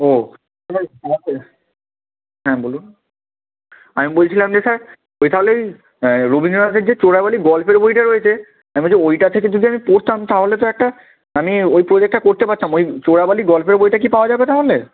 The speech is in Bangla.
ও হ্যাঁ বলুন আমি বলছিলাম যে স্যার ওই তাহলে রবীন্দ্রনাথের যে চোরাবালি গল্পের বইটা রয়েছে আমি বলছি ওইটা থেকে যদি আমি পড়তাম তাহলে তো একটা আমি ওই প্রোজেক্টটা করতে পারতাম ওই চোরাবালি গল্পের বইটা কি পাওয়া যাবে তাহলে